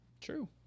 True